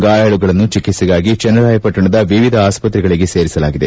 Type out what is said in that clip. ಗಾಯಾಳುಗಳನ್ನು ಚಿಕಿತೆಗಾಗಿ ಚೆನ್ನರಾಯಪಟ್ಟಣದ ವಿವಿಧ ಆಸ್ತ್ರೆಗಳಿಗೆ ಸೇರಿಸಲಾಗಿದೆ